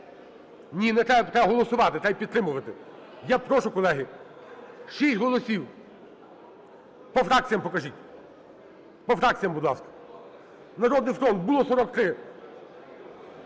– треба голосувати, треба підтримувати. Я прошу, колеги, 6 голосів. По фракціях покажіть, по фракціях, будь ласка. "Народний фронт" – було 43,